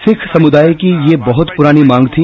सिख समुदाय की ये बहुत पुरानी मांग थी